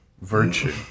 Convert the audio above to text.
Virtue